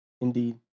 indeed